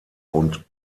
und